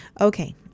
Okay